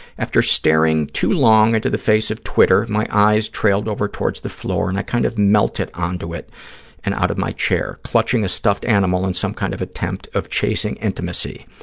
after staring too long into the face of twitter, my eyes trailed over towards the floor and i kind of melted onto it and out of my chair, clutching a stuffed animal in some kind of attempt of chasing intimacy.